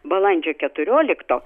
balandžio keturiolikto